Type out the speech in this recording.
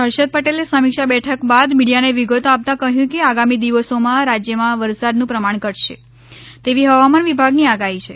હર્ષદ પટેલે સમીક્ષા બેઠક બાદ મીડિયાને વિગતો આપતા કહ્યું કે આગામી દિવસોમાં રાજ્યમાં વરસાદનું પ્રમાણ ઘટશે તેવી હવામાન વિભાગની આગાહી છે